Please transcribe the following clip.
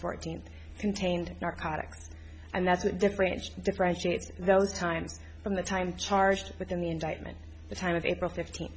fourteenth contained narcotics and that's a different differentiates those times from the time charged within the indictment the time of april fifteenth